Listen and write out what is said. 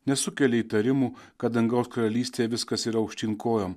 nesukelia įtarimų kad dangaus karalystėje viskas yra aukštyn kojom